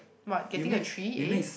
what getting a three-A